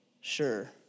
sure